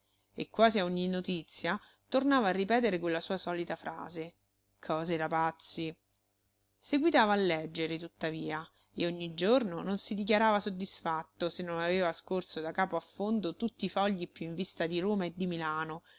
e quasi a ogni notizia tornava a ripetere quella sua solita frase cose da pazzi seguitava a leggere tuttavia e ogni giorno non si dichiarava soddisfatto se non aveva scorso da capo a fondo tutti i fogli più in vista di roma e di milano